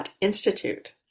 Institute